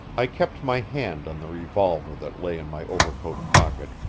i kept my hand on the revolver that lay in my overcoat pocket,